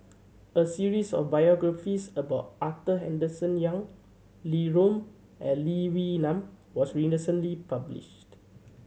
a series of biographies about Arthur Henderson Young Li and Lee Wee Nam was published